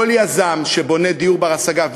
כל יזם שבונה דיור בר-השגה,